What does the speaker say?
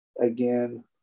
again